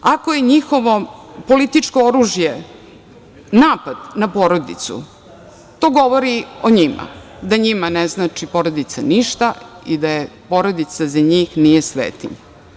Ako je njihovo političko oružje napad na porodicu to govori o njima, da njima ne znači porodica ništa i da porodica za njih nije svetinja.